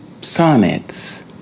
sonnets